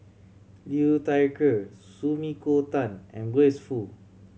Liu Thai Ker Sumiko Tan and Grace Fu